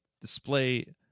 display